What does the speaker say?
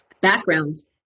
backgrounds